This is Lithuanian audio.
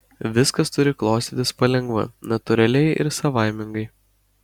viskas turi klostytis palengva natūraliai ir savaimingai